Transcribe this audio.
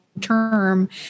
term